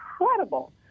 incredible